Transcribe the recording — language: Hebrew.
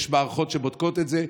יש מערכות שבודקות את זה.